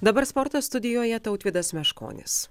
dabar sporto studijoje tautvydas meškonis